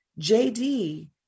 JD